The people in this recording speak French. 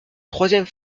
troisième